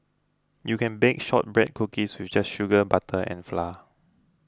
you can bake Shortbread Cookies with just sugar butter and flour